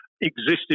existed